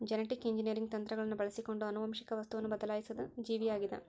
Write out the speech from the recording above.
genetic engineering ತಂತ್ರಗಳನ್ನು ಬಳಸಿಕೊಂಡು ಆನುವಂಶಿಕ ವಸ್ತುವನ್ನು ಬದಲಾಯಿಸಿದ ಜೀವಿಯಾಗಿದ